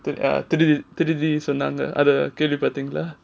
திருடி திருடி னு சொன்னாங்க அது கேள்வி பட்டீங்களா:thirudi thirudinu sonnaga kelvi pateengala